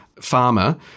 farmer